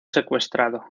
secuestrado